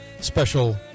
Special